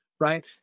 right